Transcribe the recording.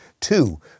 Two